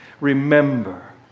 remember